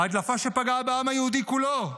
הדלפה שפגעה בעם היהודי כולו,